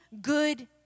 good